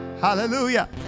Hallelujah